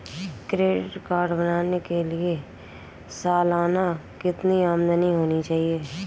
Credit card बनाने के लिए सालाना कितनी आमदनी होनी चाहिए?